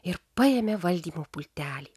ir paėmė valdymo pultelį